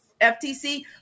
ftc